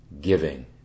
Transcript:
giving